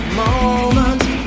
moments